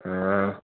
ആ